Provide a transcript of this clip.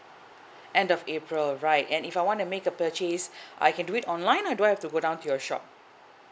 end of april right and if I wanna make a purchase I can do it online or do I have to go down to your shop